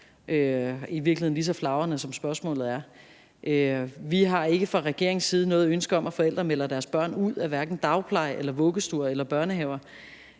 i virkeligheden lige så flagrende som spørgsmålet. Vi har ikke fra regeringens side noget ønske om, at forældrene melder deres børn ud af hverken dagpleje, vuggestue eller børnehave.